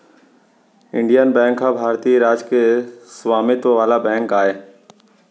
Indian bank ह भारतीय राज के स्वामित्व वाला बेंक आय